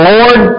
Lord